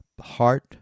heart